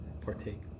partake